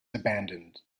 abandoned